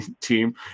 team